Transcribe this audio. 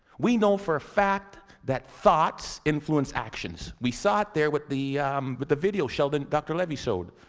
we know for a fact that thoughts influence actions. we saw it there with the with the video sheldon, dr. levy showed.